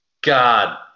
God